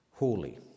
holy